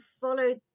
follow